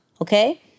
Okay